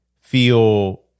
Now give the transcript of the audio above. feel